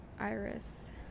Iris